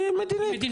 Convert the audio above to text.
היא מדינית,